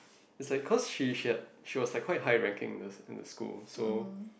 it's like cause she she had she was like quite high ranking in the in the school so